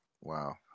Wow